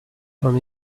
from